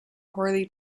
poorly